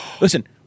listen